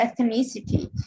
ethnicity